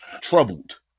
troubled